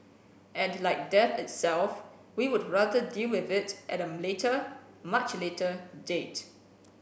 and like death itself we would rather deal with it at a later much later date